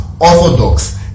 orthodox